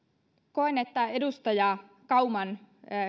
edustaja kauman